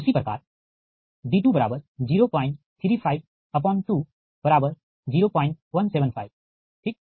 उसी प्रकार d203520175 ठीक